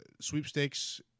sweepstakes